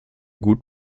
gut